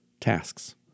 Tasks